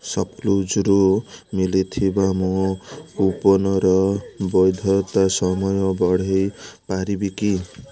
ସପ୍କ୍ଲୁଜ୍ରୁ ମିଳିଥିବା ମୋ କୁପନ୍ର ବୈଧତା ସମୟ ବଢ଼ାଇ ପାରିବି କି